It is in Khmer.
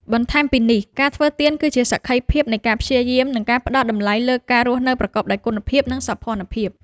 បន្ថែមពីនេះ ការធ្វើទៀនគឺជាសក្ខីភាពនៃការព្យាយាម និងការផ្ដល់តម្លៃលើការរស់នៅប្រកបដោយគុណភាព និងសោភ័ណភាព។